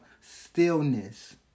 stillness